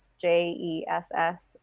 J-E-S-S